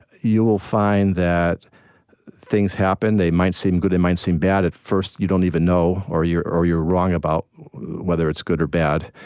you will find that things happen. they might seem good, they might seem bad at first, you don't even know. or you're or you're wrong about whether it's good or bad.